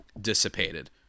dissipated